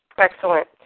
Excellent